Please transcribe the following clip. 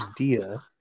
idea